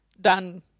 done